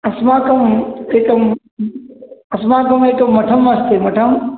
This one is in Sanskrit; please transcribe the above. अस्माकम् एकम् अस्माकम् एकं मठम् अस्ति मठं